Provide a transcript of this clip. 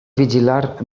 vigilar